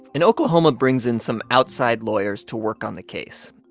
and oklahoma brings in some outside lawyers to work on the case,